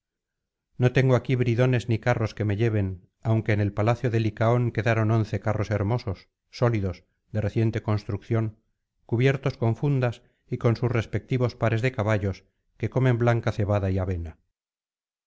no tengo aquí bridones ni carros que me lleven aunque en el palacio de licaón quedaron once carros hermosos sólidos de reciente construcción cubiertos con fundas y con sus respectivos pares de caballos que comen blanca cebada y avena